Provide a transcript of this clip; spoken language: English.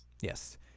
Yes